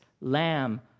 Lamb